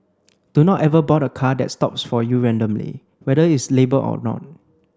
do not ever board a car that stops for you randomly whether it is labelled or not